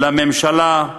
לממשלה,